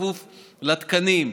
בכפוף לתקנים,